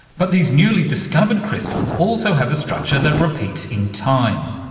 but these newly discovered crystals also have a structure that repeats in time,